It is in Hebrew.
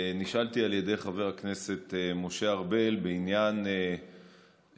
נשאלתי על ידי חבר הכנסת משה ארבל בעניין תופעה